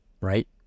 right